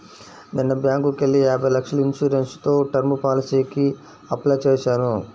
నిన్న బ్యేంకుకెళ్ళి యాభై లక్షల ఇన్సూరెన్స్ తో టర్మ్ పాలసీకి అప్లై చేశాను